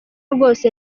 rwose